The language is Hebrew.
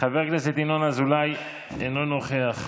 חבר הכנסת ינון אזולאי, אינו נוכח.